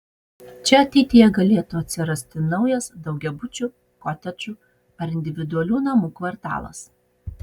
čia ateityje galėtų atsirasti naujas daugiabučių kotedžų ar individualių namų kvartalas